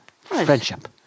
friendship